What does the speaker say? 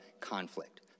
conflict